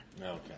Okay